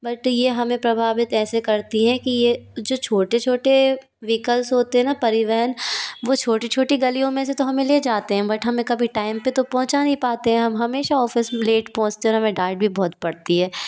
but ये हमें प्रभावित ऐसे करती हैं कि ये जो छोटे छोटे विकल्स होते हैं ना परिवह न वो छोटी छोटी गलियों में से तो हमें ले जाते हैं बट हमें कभी टाइम पे तो पहुँचा नही पाते हम हमेशा ऑफिस में लेट पहुँचते और हमें डांट भी बहुत पड़ती है